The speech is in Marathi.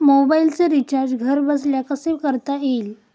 मोबाइलचे रिचार्ज घरबसल्या कसे करता येईल?